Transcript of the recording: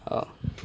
err